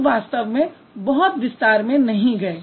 लोग वास्तव में बहुत विस्तार में नहीं गए